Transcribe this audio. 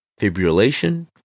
fibrillation